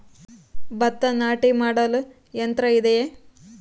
ಭತ್ತ ನಾಟಿ ಮಾಡಲು ಯಂತ್ರ ಇದೆಯೇ?